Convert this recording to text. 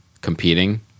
competing